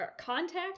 contact